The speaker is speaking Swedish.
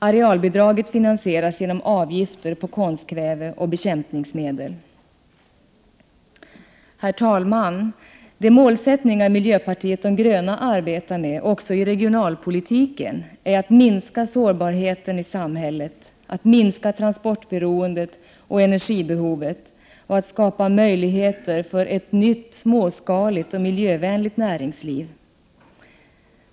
Arealbidraget finansieras genom avgifter på konstkväve och bekämpningsmedel. Herr talman! De målsättningar miljöpartiet de gröna arbetar med också i regionalpolitiken är att minska sårbarheten i samhället, att minska transportberoendet och energibehovet och att skapa möjligheter för ett nytt småskaligt och miljövänligt näringsliv.